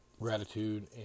gratitude